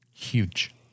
Huge